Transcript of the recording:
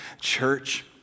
church